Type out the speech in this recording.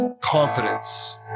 confidence